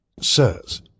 Sirs